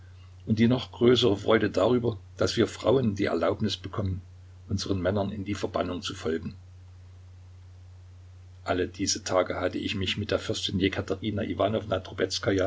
und die noch größere freude darüber daß wir frauen die erlaubnis bekommen unseren männern in die verbannung zu folgen alle diese tage hatte ich mich der fürstin